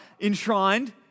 enshrined